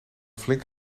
flink